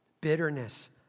Bitterness